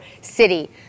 city